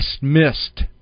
missed